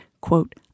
quote